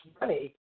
money